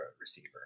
receiver